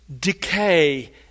decay